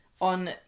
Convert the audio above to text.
on